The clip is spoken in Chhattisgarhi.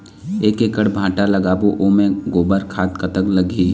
एक एकड़ भांटा लगाबो ओमे गोबर खाद कतक लगही?